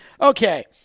Okay